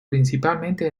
principalmente